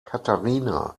katharina